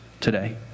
today